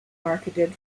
marketed